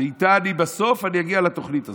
ובסוף אני אגיע לתוכנית הזאת.